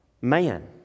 man